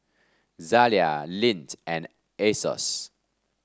Zalia Lindt and Asos